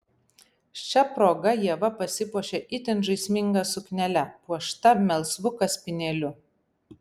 šia proga ieva pasipuošė itin žaisminga suknele puošta melsvu kaspinėliu